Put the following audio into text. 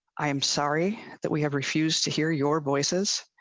i'm sorry that we have refused to hear your voices.